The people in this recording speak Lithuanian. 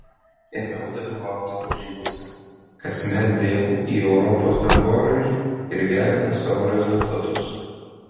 ėmiau dalyvauti varžybose kasmet bėgu į europos dangoraižį ir gerinu savo rezultatus